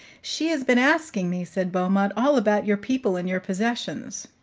she has been asking me, said beaumont, all about your people and your possessions.